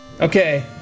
Okay